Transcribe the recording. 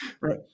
Right